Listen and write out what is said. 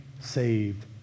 Saved